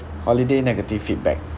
holiday negative feedback